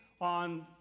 on